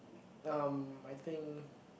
um I think